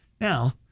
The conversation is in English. Now